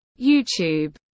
YouTube